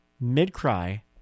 mid-cry